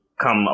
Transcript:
Come